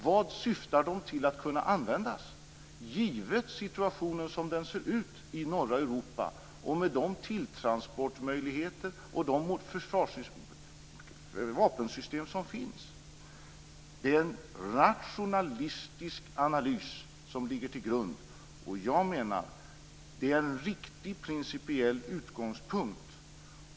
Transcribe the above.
Vad syftar de till att kunna användas för, givet den situation som råder i norra Europa och med de tilltransportmöjligheter och de vapensystem som finns? Det är en rationalistisk analys som ligger till grund för denna bedömning, och det är en riktig principiell utgångspunkt.